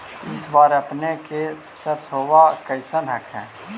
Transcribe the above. इस बार अपने के सरसोबा कैसन हकन?